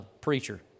preacher